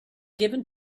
given